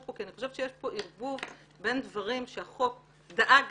פה כי אני חושבת שיש פה ערבוב בין דברים שהחוק דאג